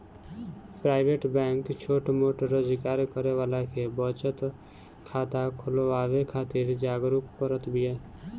private bank छोट मोट रोजगार करे वाला के बचत खाता खोलवावे खातिर जागरुक करत बिया